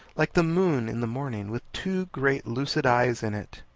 like the moon in the morning, with two great lucid eyes in it.